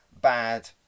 bad